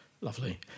Lovely